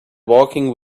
walking